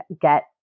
get